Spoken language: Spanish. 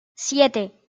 siete